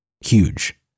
huge